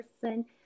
person